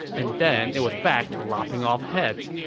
and then, it was back to lopping off heads.